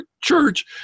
church